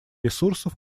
ресурсов